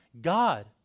God